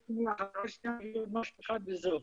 עוד שנייה, ממש עוד דבר אחד וזהו.